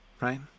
right